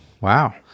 Wow